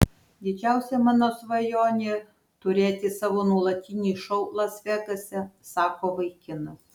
didžiausia mano svajonė turėti savo nuolatinį šou las vegase sako vaikinas